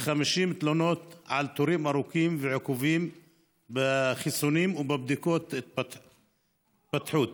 תלונות על תורים ארוכים ועיכובים בחיסונים ובבדיקות התפתחות.